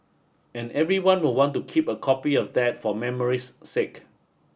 and everyone will want to keep a copy of that for memory's sake